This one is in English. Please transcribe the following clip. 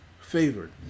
favored